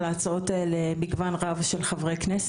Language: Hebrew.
את השימוש בבואש וכבר יש לה היום אלטרנטיבות